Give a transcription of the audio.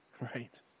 Right